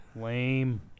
Lame